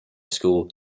school